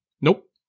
Nope